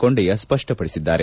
ಕೊಂಡಯ್ಯ ಸ್ಪಷ್ಟಪಡಿಸಿದ್ದಾರೆ